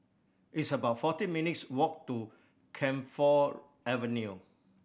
it's about forty minutes' walk to Camphor Avenue